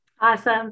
Awesome